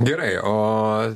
gerai o